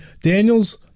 Daniel's